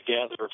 together